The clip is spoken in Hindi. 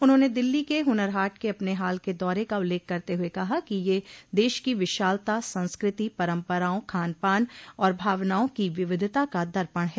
उन्होंने दिल्ली के हुनर हाट के अपने हाल के दौरे का उल्लेख करते हुए कहा कि यह देश की विशालता संस्क्रति परम्पराओं खान पान और भावनाओं की विविधता का दर्पण है